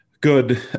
good